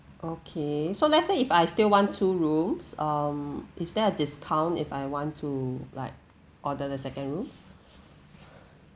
okay so let's say if I still want two rooms um is there a discount if I want to like order the second room